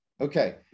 okay